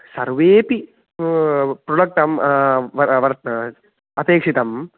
सर्वेऽपि प्रोडक्टम् व वर् अपेक्षितं